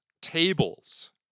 tables